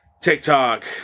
TikTok